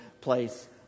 place